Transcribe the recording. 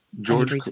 George